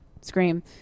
scream